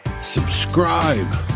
subscribe